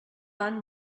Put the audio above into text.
van